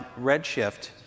Redshift